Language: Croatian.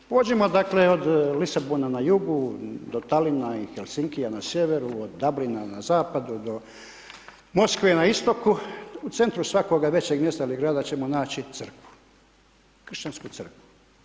Pođimo, dakle, od Lisabona na jugu do Talina i Helsinkija na sjeveru, od Dublina na zapadu do Moskve na istoku, u centru svakoga većeg mjesta ili grada ćemo naći crkvu, Kršćansku crkvu.